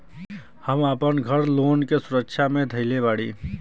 हम आपन घर लोन के सुरक्षा मे धईले बाटी